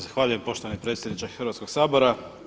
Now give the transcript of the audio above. Zahvaljujem poštovani predsjedniče Hrvatskoga sabora.